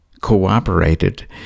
cooperated